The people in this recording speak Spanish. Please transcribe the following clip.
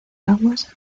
aguas